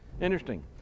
Interesting